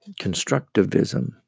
constructivism